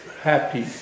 happy